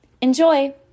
Enjoy